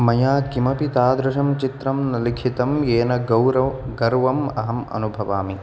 मया किमपि तादृशं चित्रं न लिखितं येन गौरव गर्वम् अहम् अनुभवामि